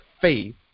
faith